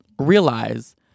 realize